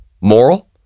Moral